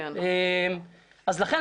לכן,